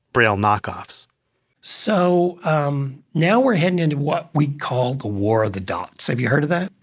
braille knockoffs so um now we're heading into what we call the war of the dots. have you heard of that?